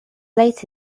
late